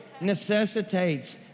necessitates